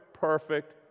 perfect